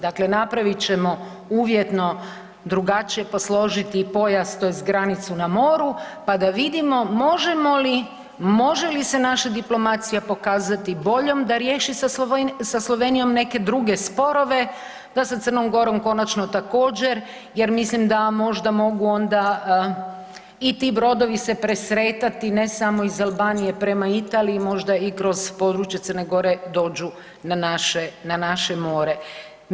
Dakle, napravit ćemo uvjetno drugačije posložiti pojas tj. granicu na moru, pa da vidimo možemo li, može li se naša diplomacija pokazati boljom da riješi sa Slovenijom neke druge sporove, da sa Crnom Gorom konačno također jer mislim da možda mogu onda i ti brodovi se presretati ne samo iz Albanije prema Italiji, možda i kroz područje Crne Gore dođu na naše, na naše more.